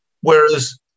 Whereas